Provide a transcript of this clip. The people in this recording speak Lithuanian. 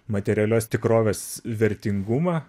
materialios tikrovės vertingumą